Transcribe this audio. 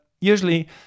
usually